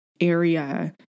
area